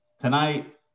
Tonight